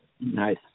Nice